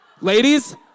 Ladies